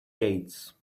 gates